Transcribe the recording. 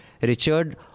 Richard